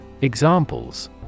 Examples